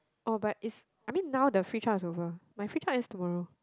oh but is I mean now the free trail is over my free trail ends tomorrow